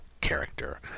character